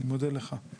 אני מודה לך.